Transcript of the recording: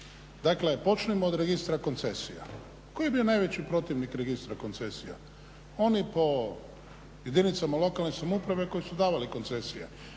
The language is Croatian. Dakle, počnimo od registra koncesija. Tko je bio najveći protivnik registra koncesija? Oni po jedinicama lokalne samouprave koji su davali koncesije,